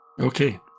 Okay